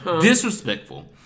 Disrespectful